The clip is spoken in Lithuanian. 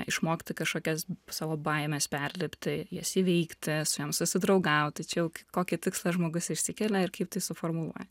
išmokti kažkokias savo baimes perlipti jas įveikti su jom susidraugaut tai čia jau kokį tikslą žmogus išsikelia ir kaip tai suformuluoja